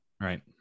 Right